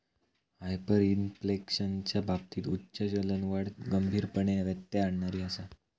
हायपरइन्फ्लेशनच्या बाबतीत उच्च चलनवाढ गंभीरपणे व्यत्यय आणणारी आसा